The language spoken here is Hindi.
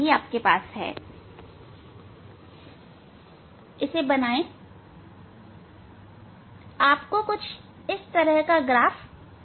इसे बनाए आपको इस तरह का ग्राफ मिलेगा